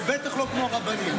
בטח לא כמו רבנים.